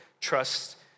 trust